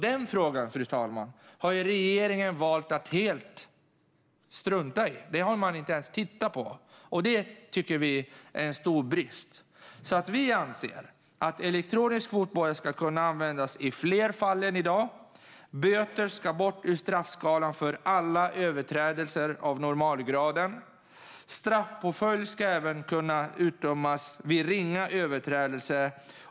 Den frågan, fru talman, har regeringen valt att helt strunta i. Den har man inte ens tittat på. Det tycker vi är en stor brist. Vi anser att elektronisk fotboja ska kunna användas i fler fall än i dag. Böter ska bort ur straffskalan för alla överträdelser av normalgraden. Straffpåföljd ska kunna utdömas även vid ringa överträdelse.